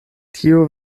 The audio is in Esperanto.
tiu